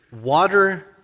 water